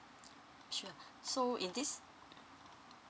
sure so in this